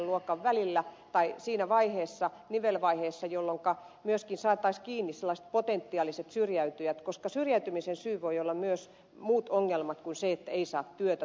luokan välillä tai siinä vaiheessa nivelvaiheessa jolloinka myöskin saataisiin kiinni sellaiset potentiaaliset syrjäytyjät koska syrjäytymisen syynä voivat olla myös muut ongelmat kuin se että ei saa työtä tai opiskelupaikkaa